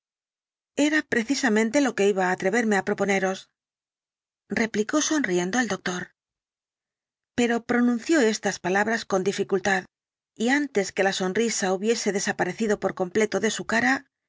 era precisamente lo que iba á atreverme á proponeros replicó sonriendo el docincidente de la ventana tor pero pronunció las palabras con dificultad y antes que la sonrisa hubiese desaparecido por completo de su cara